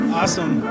awesome